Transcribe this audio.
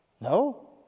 No